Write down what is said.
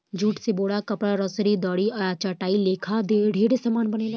jute से बोरा, कपड़ा, रसरी, दरी आ चटाई लेखा ढेरे समान बनेला